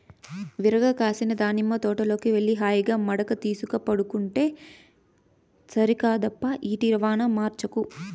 విరగ కాసిన దానిమ్మ తోటలోకి వెళ్లి హాయిగా మడక తీసుక పండుకుంటే సరికాదప్పా ఈటి రవాణా మార్చకు